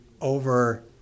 over